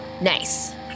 Nice